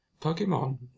Pokemon